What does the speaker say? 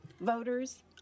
voters